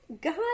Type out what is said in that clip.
God